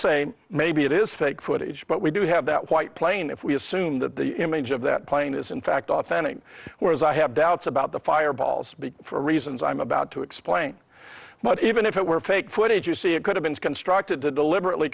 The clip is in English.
say maybe it is fake footage but we do have that white plane if we assume that the image of that plane is in fact authentic whereas i have doubts about the fireballs for reasons i'm about to explain but even if it were fake footage you see it could have been constructed to deliberately